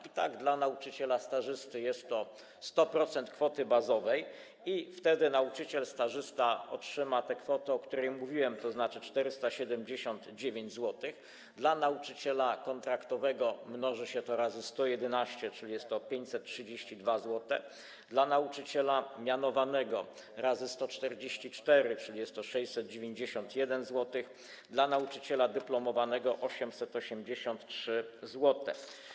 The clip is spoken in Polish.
I tak dla nauczyciela stażysty jest to 100% kwoty bazowej i wtedy nauczyciel stażysta otrzyma kwotę, o której mówiłem, tzn. 479 zł, w przypadku nauczyciela kontraktowego mnoży się to przez 111, czyli jest to kwota 532 zł, dla nauczyciela mianowanego - przez 144, czyli jest to kwota 691 zł, dla nauczyciela dyplomowanego - 883 zł.